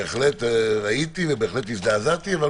בהחלט ראיתי ובהחלט הזדעזעתי.